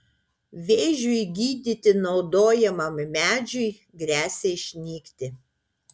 vėžiui gydyti naudojamam medžiui gresia išnykti